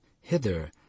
Hither